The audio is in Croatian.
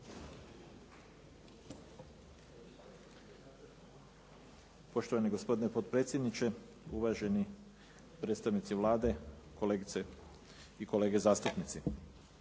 Poštovani gospodine potpredsjedniče, uvaženi predstavnici Vlade, kolegice i kolege zastupnici.